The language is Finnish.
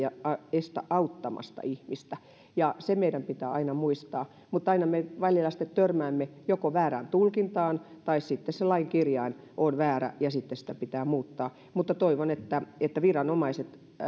estä auttamasta ihmistä ja se meidän pitää aina muistaa mutta aina me välillä sitten törmäämme joko väärään tulkintaan tai sitten se lain kirjain on väärä ja sitten sitä pitää muuttaa toivon että että viranomaiset